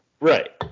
Right